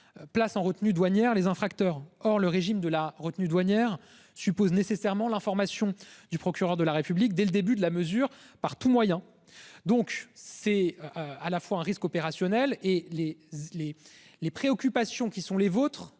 place en retenue douanière les uns fracture. Or le régime de la retenue douanière suppose nécessairement l'information du procureur de la République dès le début de la mesure par tout moyen. Donc c'est. À la fois un risque opérationnel et les les les préoccupations qui sont les vôtres